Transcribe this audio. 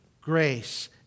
grace